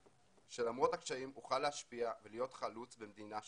שלמרות הקשיים אוכל להשפיע ולהיות חלוץ במדינה שלי.